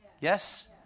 Yes